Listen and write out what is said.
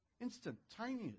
instantaneous